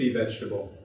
vegetable